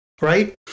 right